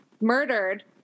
murdered